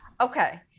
Okay